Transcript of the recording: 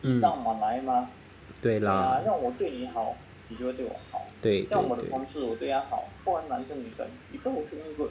hmm 对啦对对对